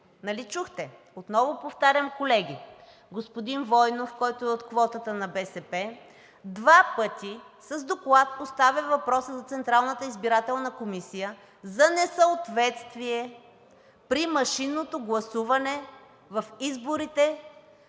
Нали чухте? Отново повтарям, колеги, господин Войнов, който е от квотата на БСП, два пъти с доклад поставя въпроса за Централната избирателна комисия за несъответствие при машинното гласуване в изборите